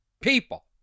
People